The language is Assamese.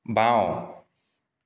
বাওঁ